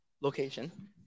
location